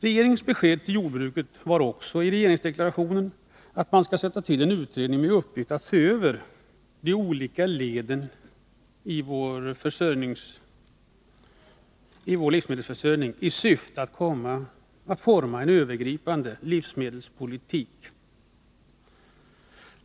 Regeringens besked till jordbruket i regeringsdeklarationen var också att man skall sätta till en utredning med uppgift att se över de olika leden i vår livsmedelsförsörjning i syfte att forma en övergripande livsmedelspolitik.